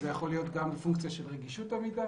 זה יכול גם פונקציה של רגישות המידע